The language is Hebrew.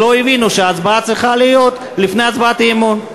לא הבינו שההצבעה צריכה להיות לפני הצבעת האי-אמון.